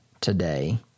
today